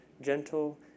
gentle